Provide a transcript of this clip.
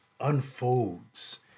unfolds